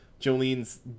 Jolene's